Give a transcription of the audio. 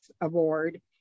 aboard